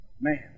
man